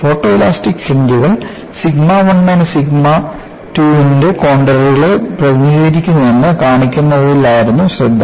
photoelastic ഫ്രിഞ്ച്കൾ sigma 1 minus sigma 2 യുടെ കോൺണ്ടർകളെ പ്രതിനിധീകരിക്കുന്നുവെന്ന് കാണിക്കുന്നതിലായിരുന്നു ശ്രദ്ധ